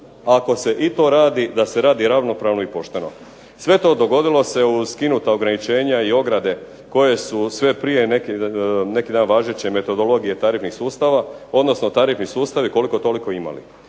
ako se i to radi, da se radi ravnopravno i pošteno. Sve to dogodilo se uz skinuta ograničenja i ograde koje su sve prije neki dan važeće metodologije tarifnih sustava, odnosno tarifni sustavi koliko toliko imali.